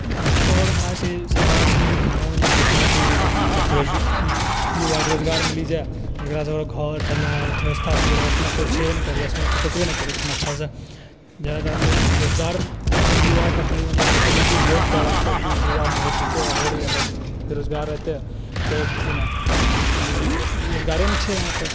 आओर हमर सरकारसब धियानो नहि दै छै ओतना कि मतलब बच्चा युवाके रोजगार मिलि जाइ जकरासँ ओकर घरऽ चलै अर्थव्य्वस्था सुधरै ओइसनो कोनो कुछ छेबे नहि करलै ओइसनो सोचबे नहि करै छै अच्छासँ जकर कारण ई रोजगार खाली युवाके खाली मतलब रखै छै कि वोट दै वास्ते कि युवा वोट देतै हो गेलै बस बेरोजगार रहतै कोनो अथी नहि रोजगारे नहि छै यहाँपर